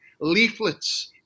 leaflets